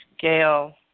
Gail